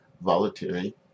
voluntary